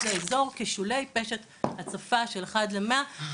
לאזור כשולי פשט הצפה של אחד ל ---,